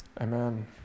Amen